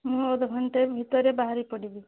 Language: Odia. ମୁଁ ଅଧା ଘଣ୍ଟେ ଭିତରେ ବାହାରି ପଡ଼ିବି